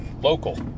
Local